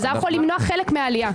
זה היה יכול למנוע חלק מהעלייה.